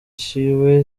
ciwe